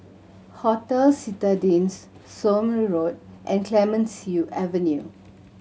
Hotel Citadines Somme Road and Clemenceau Avenue